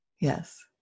Yes